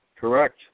Correct